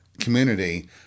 community